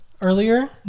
earlier